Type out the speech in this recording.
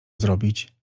zrobić